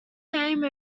fame